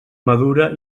madura